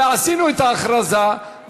ועשינו את ההכרזה,